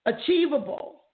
achievable